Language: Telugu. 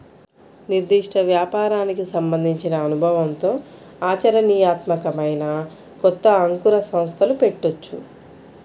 నిర్దిష్ట వ్యాపారానికి సంబంధించిన అనుభవంతో ఆచరణీయాత్మకమైన కొత్త అంకుర సంస్థలు పెట్టొచ్చు